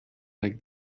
like